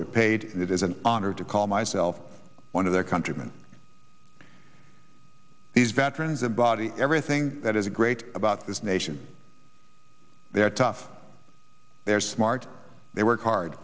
repaid it is an honor to call myself one of their countrymen these veterans of body everything that is great about this nation they are tough they are smart they work hard